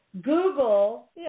Google